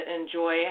enjoy